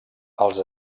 els